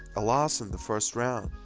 a loss in the first round.